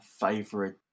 favorite